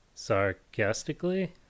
Sarcastically